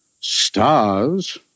stars